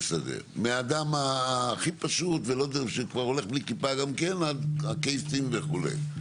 מהאדם הכי פשוט שכבר הולך בלי כיפה גם כן עד הקייסים וכו'.